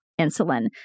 insulin